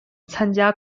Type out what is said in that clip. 参加